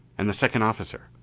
and the second officer,